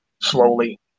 slowly